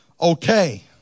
okay